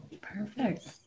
Perfect